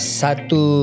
satu